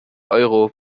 euro